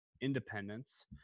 independence